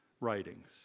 writings